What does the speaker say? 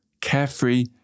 carefree